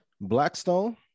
Blackstone